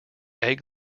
egg